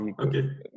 Okay